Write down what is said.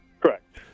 Correct